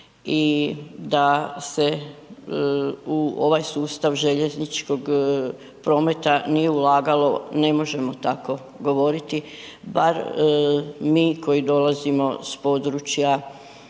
i da se u ovaj sustav željezničkog prometa nije ulagalo, ne možemo tako govoriti, bar mi koji dolazimo s područja,